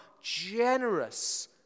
generous